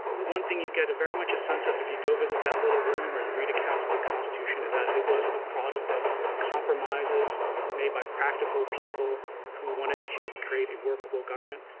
one thing you get very much a sense of if you go visit that little room or you read accounts of the constitution that it was the product of compromises made by practical people who wanted to create a workable government.